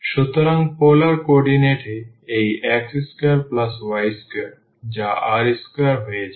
সুতরাং polar coordinate এ এই x2y2 যা r2 হয়ে যায়